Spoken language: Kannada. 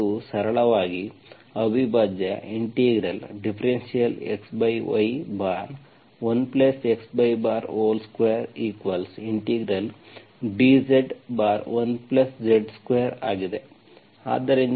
ಇಲ್ಲಿ ಇದು ಸರಳವಾಗಿ ಅವಿಭಾಜ್ಯ dxy1xy2dZ1Z2 ಆಗಿದೆ